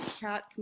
cat